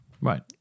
Right